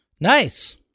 Nice